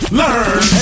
learn